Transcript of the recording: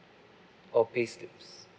oh payslips